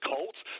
Colts